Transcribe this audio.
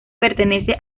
pertenece